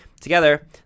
Together